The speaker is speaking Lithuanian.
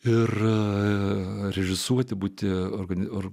ir režisuoti būti organizuoti